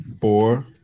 four